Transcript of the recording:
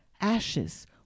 ashes